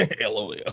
LOL